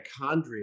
mitochondria